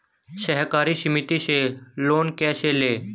सहकारी समिति से लोन कैसे लें?